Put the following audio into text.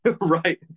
right